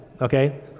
Okay